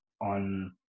on